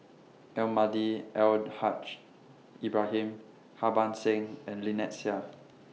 Almahdi Al Haj Ibrahim Harbans Singh and Lynnette Seah